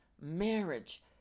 marriage